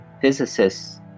physicists